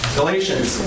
Galatians